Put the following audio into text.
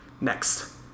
Next